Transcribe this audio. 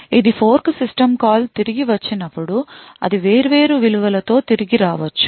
ఇది fork system call తిరిగి వచ్చినప్పుడు అది వేర్వేరు విలువలతో తిరిగి రావచ్చు